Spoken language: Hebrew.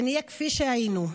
ונהיה כפי שהיינו.